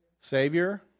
savior